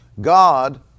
God